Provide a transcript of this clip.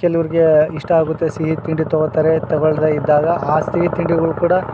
ಕೆಲವ್ರಿಗೆ ಇಷ್ಟ ಆಗುತ್ತೆ ಸಿಹಿ ತಿಂಡಿ ತಗೋತಾರೆ ತಗೋಳ್ದೇ ಇದ್ದಾಗ ಆ ಸಿಹಿ ತಿಂಡಿಗಳು ಕೂಡ